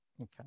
Okay